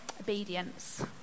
Obedience